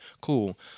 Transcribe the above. Cool